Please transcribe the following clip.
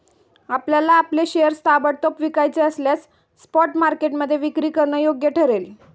आपल्याला आपले शेअर्स ताबडतोब विकायचे असल्यास स्पॉट मार्केटमध्ये विक्री करणं योग्य ठरेल